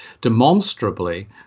demonstrably